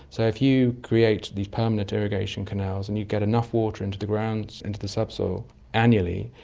so if you create the permanent irrigation canals and you get enough water into the ground, into the subsoil annually,